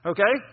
Okay